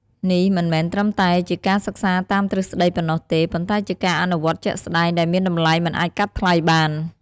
នេះមិនមែនត្រឹមតែជាការសិក្សាតាមទ្រឹស្តីប៉ុណ្ណោះទេ ប៉ុន្តែជាការអនុវត្តជាក់ស្តែង ដែលមានតម្លៃមិនអាចកាត់ថ្លៃបាន។